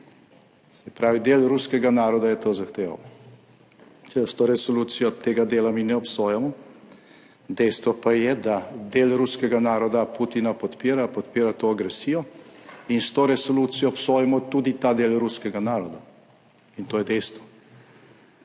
Se pravi, del ruskega naroda je to zahteval. S to resolucijo tega dela mi ne obsojamo, dejstvo pa je, da del ruskega naroda Putina podpira, podpira to agresijo, in s to resolucijo obsojamo tudi ta del ruskega naroda, in to je dejstvo.